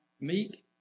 meek